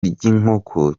ry’inkoko